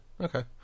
Okay